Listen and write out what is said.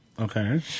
Okay